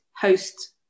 host